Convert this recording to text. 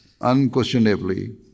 unquestionably